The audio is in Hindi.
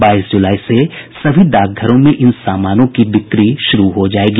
बाईस जुलाई से सभी डाकघरों में इन सामानों की बिक्री शुरू हो जायेगी